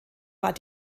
war